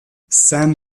sam